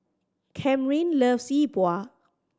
Camryn loves Yi Bua